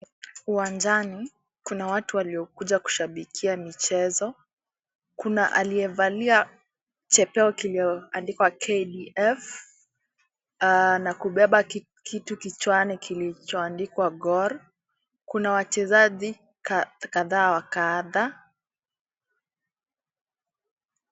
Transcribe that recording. Uwanjani kuna watu waliokuja kushabikia michezo ,kuna aliyevalia jezi iliyoandikwa KDF na kubeba kitu kichwani kilicho andikwa GOR. Kuna wachezaji kadha wa kadhaa.